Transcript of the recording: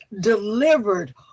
delivered